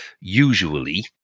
usually